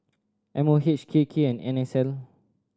M O H K K and N S L